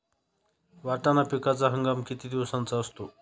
वाटाणा पिकाचा हंगाम किती दिवसांचा असतो?